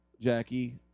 Jackie